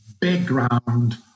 background